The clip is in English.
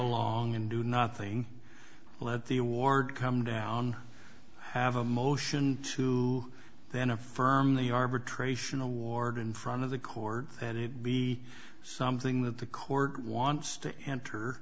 along and do nothing let the award come down have a motion to then affirm the arbitration award in front of the court that it be something that the court wants to enter